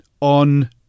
on